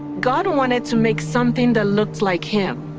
god wanted to make something that looked like him.